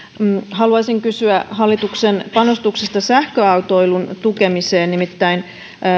haluaisin kysyä hallituksen panostuksista sähköautoilun tukemiseen nimittäin